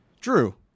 Drew